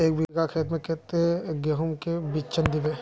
एक बिगहा खेत में कते गेहूम के बिचन दबे?